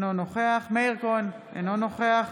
אינו נוכח מאיר כהן, אינו נוכח